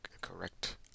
correct